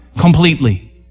completely